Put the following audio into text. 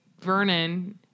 Vernon